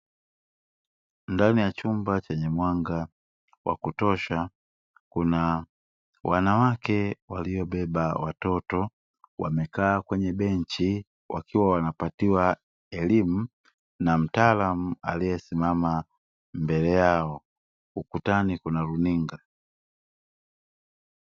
Ndani ya chumba chenye mwanga wa kutosha, kuna wanawake walio beba watoto wamekaa kwenye benchi. Wakiwa wanapatiwa elimu na mtaalamu aliyesimama mbele yao ukutani kuna runinga.